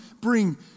bring